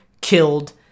killed